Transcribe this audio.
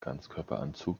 ganzkörperanzug